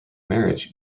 marriage